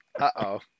Uh-oh